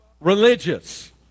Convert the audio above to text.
religious